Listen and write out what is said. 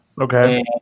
Okay